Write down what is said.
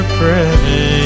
pray